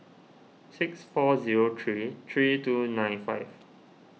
six four zero three three two nine five